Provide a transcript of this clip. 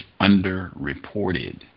underreported